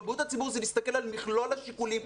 בריאות הציבור זה להסתכל על מכלול השיקולים,